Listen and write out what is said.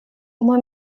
uma